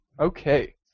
Okay